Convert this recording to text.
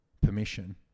permission